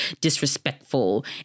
disrespectful